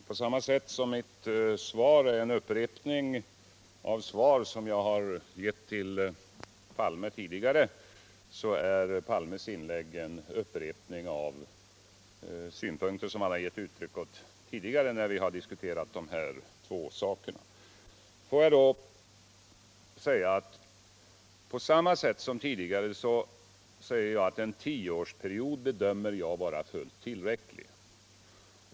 Herr talman! På samma sätt som mitt svar är en upprepning av det svar som jag har gett till Palme tidigare är Palmes inlägg i dag en upprepning av synpunkter som han har gett uttryck åt när vi tidigare har diskuterat dessa frågor. Jag säger på samma sätt som förut att jag bedömer en tioårsperiod vara fullt tillräcklig.